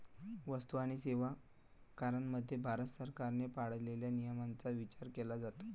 वस्तू आणि सेवा करामध्ये भारत सरकारने पाळलेल्या नियमांचा विचार केला जातो